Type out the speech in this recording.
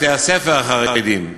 בתי-הספר החרדיים,